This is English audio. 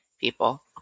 people